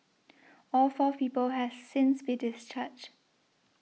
all fourth people have since been discharged